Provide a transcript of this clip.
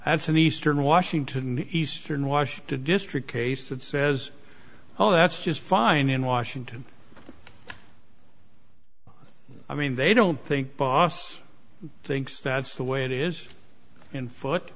as an eastern washington eastern wash to district case that says oh that's just fine in washington i mean they don't think boss thinks that's the way it is in foot